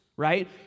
right